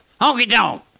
honky-tonk